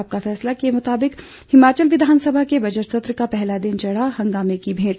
आपका फैसला के मुताबिक हिमाचल विधानसभा के बजट सत्र का पहला दिन चढ़ा हंगामे की भेंट